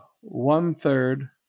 one-third